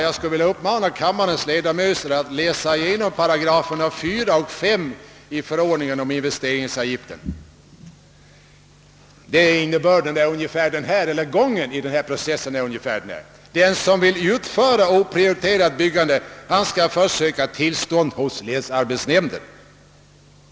Jag skulle vilja uppmana kammarens ledamöter att läsa igenom 4 och 5 88 i förordningen om investeringsavgift. Gången av den här processen är ungefär följande. Den som vill utföra oprioriterat byggande skall först söka tillstånd hos länsarbetsnämnden.